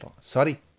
Sorry